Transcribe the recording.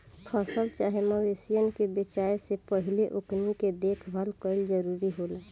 फसल चाहे मवेशियन के बेचाये से पहिले ओकनी के देखभाल कईल जरूरी होला